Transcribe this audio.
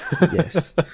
Yes